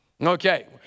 Okay